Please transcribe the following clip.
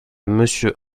monsieur